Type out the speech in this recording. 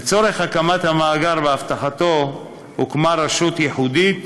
לצורך הקמת המאגר ואבטחתו הוקמה רשות ייחודית,